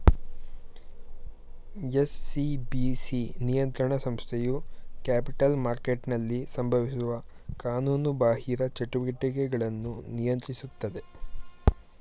SCBC ನಿಯಂತ್ರಣ ಸಂಸ್ಥೆಯು capital ಮಾರ್ಕೆಟ್ನಲ್ಲಿ ಸಂಭವಿಸುವ ಕಾನೂನುಬಾಹಿರ ಚಟುವಟಿಕೆಗಳನ್ನು ನಿಯಂತ್ರಿಸುತ್ತದೆ